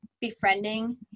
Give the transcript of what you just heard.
befriending